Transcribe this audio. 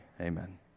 Amen